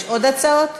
יש עוד הצעות?